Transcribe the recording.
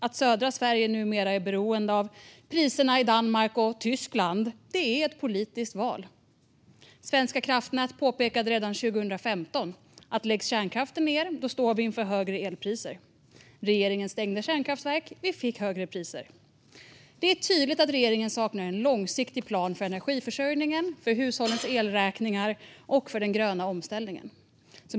Att södra Sverige numera är beroende av priserna i Danmark och Tyskland är ett politiskt val. Svenska kraftnät påpekade redan 2015 att om kärnkraften läggs ned står vi inför högre elpriser. Regeringen stängde kärnkraftverk, och vi fick högre priser. Det är tydligt att regeringen saknar en långsiktig plan för energiförsörjningen, för hushållens elräkningar och för den gröna omställningen.